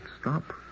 stop